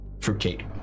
fruitcake